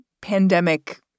pandemic